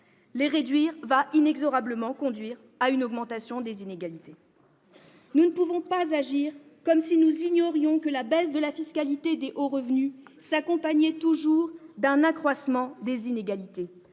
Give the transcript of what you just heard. Les réduire va inexorablement conduire à une augmentation des inégalités. Nous ne pouvons pas agir comme si nous ignorions que la baisse de la fiscalité des hauts revenus s'accompagnait toujours d'un accroissement des inégalités.